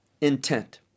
intent